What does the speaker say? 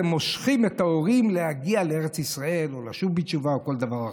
מושכים את ההורים להגיע לארץ ישראל או לשוב בתשובה או כל דבר אחר.